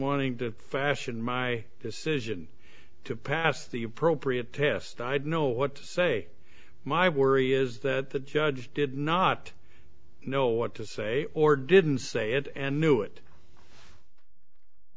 wanting to fashion my decision to pass the appropriate test i'd know what to say my worry is that the judge did not know what to say or didn't say it and knew it i